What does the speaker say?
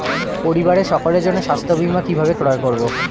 পরিবারের সকলের জন্য স্বাস্থ্য বীমা কিভাবে ক্রয় করব?